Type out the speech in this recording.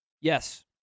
Yes